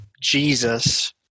Jesus